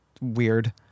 weird